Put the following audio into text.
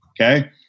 Okay